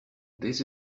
this